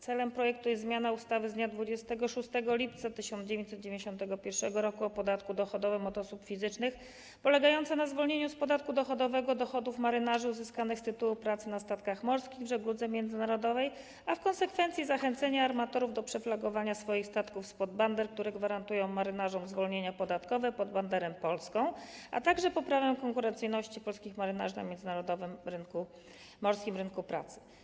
Celem projektu jest zmiana ustawy z dnia 26 lipca 1991 r. o podatku dochodowym od osób fizycznych polegająca na zwolnieniu z podatku dochodowego dochodów marynarzy uzyskanych z tytułu pracy na statkach morskich w żegludze międzynarodowej, a w konsekwencji zachęcenie armatorów do przeflagowania swoich statków spod bander, które gwarantują marynarzom zwolnienia podatkowe, pod banderę polską, a także poprawę konkurencyjności polskich marynarzy na międzynarodowym rynku morskim, rynku pracy.